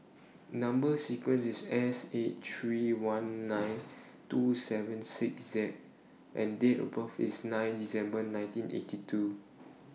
Number sequence IS S eight three one nine two seven six Z and Date of birth IS nine December nineteen eighty two